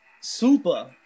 super